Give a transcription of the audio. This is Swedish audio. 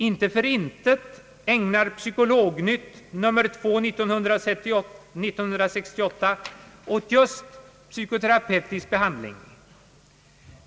Inte för intet ägnas Psykolognytt, nr 2 i år, åt just psykoterapeutisk behandling.